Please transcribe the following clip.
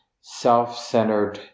self-centered